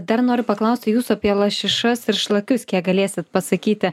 dar noriu paklausti jūsų apie lašišas ir šlakius kiek galėsit pasakyti